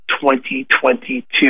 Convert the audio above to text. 2022